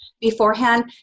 beforehand